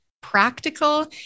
practical